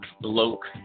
bloke